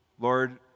Lord